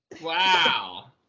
wow